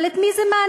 אבל את מי זה מעניין?